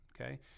okay